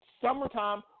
summertime